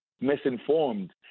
Misinformed